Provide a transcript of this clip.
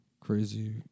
Crazy